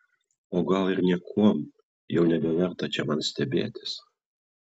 o gal ir niekuom jau nebeverta čia man stebėtis